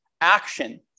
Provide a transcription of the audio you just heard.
action